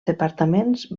departaments